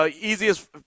easiest